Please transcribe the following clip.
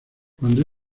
cuando